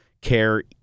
care